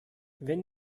wenn